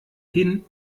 hin